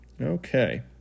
Okay